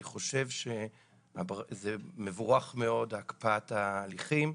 אני חושב שזה מבורך מאוד, הקפאת ההליכים.